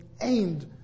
aimed